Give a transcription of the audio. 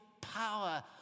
power